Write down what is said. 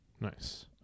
Nice